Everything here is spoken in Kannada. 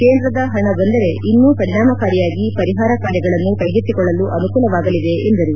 ಕೇಂದ್ರದ ಪಣ ಬಂದರೆ ಇನ್ನೂ ಪರಿಣಾಮಕಾರಿಯಾಗಿ ಪರಿಹಾರ ಕಾರ್ಯಗಳನ್ನು ಕೈಗೆತ್ತಿಕೊಳ್ಳಲು ಅನುಕೂಲವಾಗಲಿದೆ ಎಂದರು